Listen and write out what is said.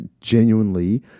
genuinely